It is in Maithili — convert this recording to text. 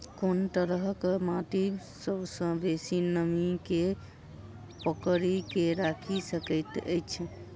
कोन तरहक माटि सबसँ बेसी नमी केँ पकड़ि केँ राखि सकैत अछि?